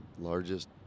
largest